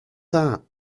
that